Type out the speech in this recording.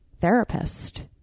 therapist